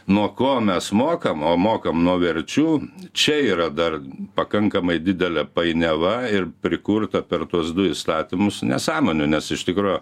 nuo ko mes mokam o mokam nuo verčių čia yra dar pakankamai didelė painiava ir prikurta per tuos du įstatymus nesąmonių nes iš tikro